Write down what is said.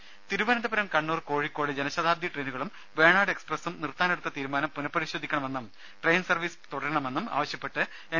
രാമ തിരുവനന്തപുരം കണ്ണൂർ കോഴിക്കോട് ജനശതാബ്ദി ട്രെയിനുകളും വേണാട് എക്സ്പ്രസും നിർത്താനെടുത്ത തീരുമാനം പുനഃപരിശോധിക്കണമെന്നും ട്രെയിൻ സർവ്വീസ് തുടരണമെന്നും ആവശ്യപ്പെട്ട് എൻ